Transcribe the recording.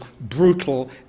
brutal